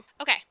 Okay